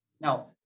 Now